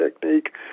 technique